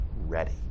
ready